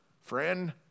friend